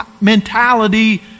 mentality